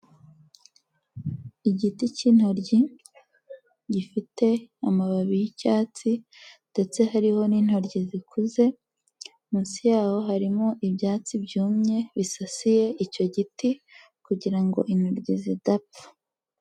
Igiti cy'intoryi, gifite amababi y'icyatsi ndetse hariho n'intoryi zikuze, munsi yaho harimo ibyatsi byumye bisasiye icyo giti, kugira ngo intoryi zidapfa.